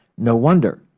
no wonder.